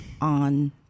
on